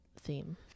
theme